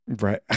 Right